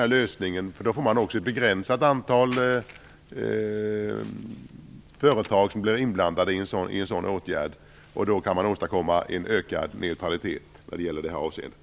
Med vårt förslag blir det ett begränsat antal företag som blir inblandade, och man kan då åstadkomma ökad konkurrensneutralitet.